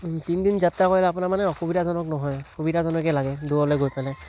তিনদিন যাত্ৰা কৰিলে আপোনাৰ মানে অসুবিধাজনক নহয় সুবিধাজনকেই লাগে দূৰলৈ গৈ পেলাই